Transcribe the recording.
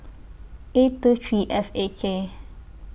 eight two three F A K